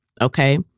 Okay